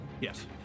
Yes